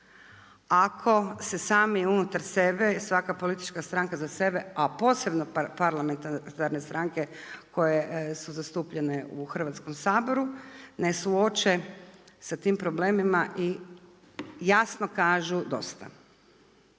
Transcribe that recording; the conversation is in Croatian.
ako se sami unutar sebe, svaka politička stranka za sebe, a posebno parlamentarne stranke koje su zastupljene u Hrvatskom saboru ne suoče sa tim problemima i jasno kažu dosta.